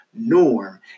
norm